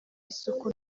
isuku